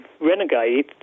Renegade